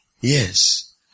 Yes